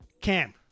Cam